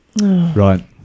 right